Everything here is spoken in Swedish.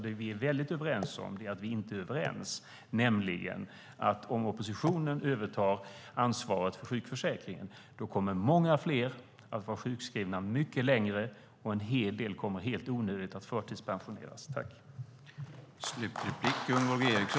Det vi är väldigt överens om är att vi inte är överens. Om oppositionen övertar ansvaret för sjukförsäkringen kommer många fler att vara sjukskrivna mycket längre, och en hel del kommer helt onödigt att förtidspensioneras.